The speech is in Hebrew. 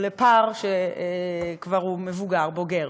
או לפר, שהוא כבר מבוגר, בוגר.